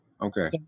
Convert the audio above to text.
Okay